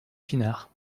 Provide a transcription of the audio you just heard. pinard